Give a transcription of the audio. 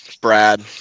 Brad